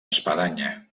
espadanya